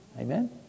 Amen